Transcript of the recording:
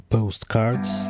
Postcards